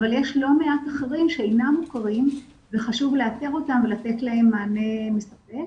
אבל יש לא מעט אחרים שאינם מוכרים וחשוב לאתר אותם ולתת להם מענה מספק,